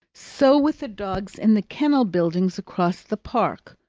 so with the dogs in the kennel-buildings across the park,